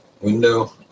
window